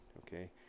Okay